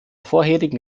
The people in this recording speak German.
vorherigen